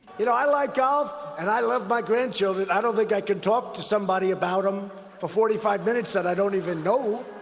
you know, i like golf, and i love my grandchildren. i don't think i could talk to somebody about them for forty five minutes that i don't even know.